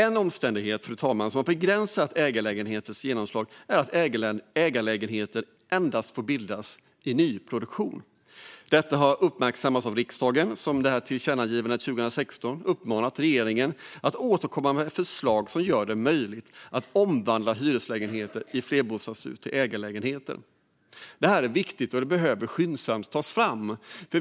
En omständighet som har begränsat ägarlägenhetens genomslag är att ägarlägenheter endast får bildas i nyproduktion. Detta har uppmärksammats av riksdagen, som genom ett tillkännagivande 2016 uppmanat regeringen att återkomma med förslag som gör det möjligt att omvandla hyreslägenheter i flerbostadshus till ägarlägenheter. Det här är viktigt, och det behöver skyndsamt tas fram.